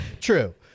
True